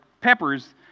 peppers